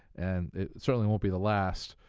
and certainly won't be the last.